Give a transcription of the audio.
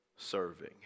serving